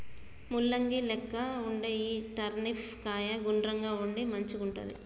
ముల్లంగి లెక్క వుండే ఈ టర్నిప్ కాయ గుండ్రంగా ఉండి మంచిగుంటది